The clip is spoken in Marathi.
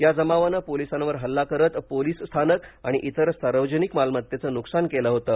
या जमावानं पोलिसांवर हल्ला करत पोलीस स्थानक आणि इतर सार्वजनिक मालमत्तेचं नुकसान केलं होतं